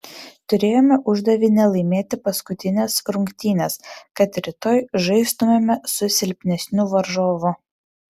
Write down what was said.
turėjome uždavinį laimėti paskutines rungtynes kad rytoj žaistumėme su silpnesniu varžovu